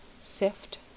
sift